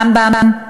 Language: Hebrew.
רמב"ם,